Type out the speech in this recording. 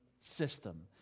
system